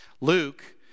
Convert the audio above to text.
Luke